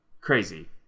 Crazy